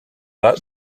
that